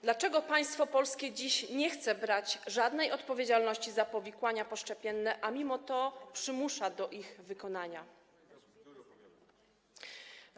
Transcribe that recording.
Dlaczego państwo polskie dziś nie chce brać żadnej odpowiedzialności za powikłania poszczepienne, a mimo to przymusza do wykonania szczepień?